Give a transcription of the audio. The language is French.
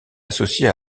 associée